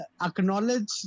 acknowledge